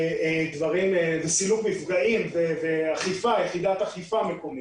סילוק מפגעים ויחידת אכיפה מקומית.